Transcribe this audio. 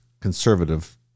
conservative